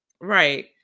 right